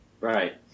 Right